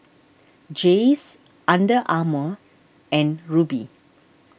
Jays Under Armour and Rubi